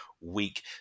week